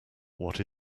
what